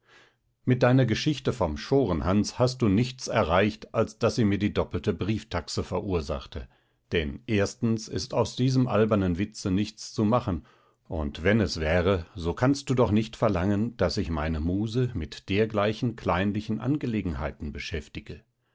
mit deiner geschichte vom schorenhans hast du nichts erreicht als daß sie mir die doppelte brieftaxe verursachte denn erstens ist aus diesem albernen witze nichts zu machen und wenn es wäre so kannst du doch nicht verlangen daß ich meine muse mit dergleichen kleinlichen angelegenheiten beschäftige